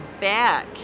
back